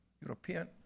European